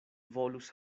volus